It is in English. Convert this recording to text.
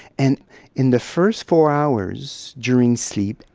and in the first four hours during sleep,